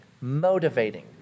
motivating